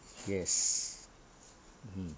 yes mm